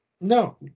No